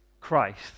Christ